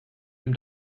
dem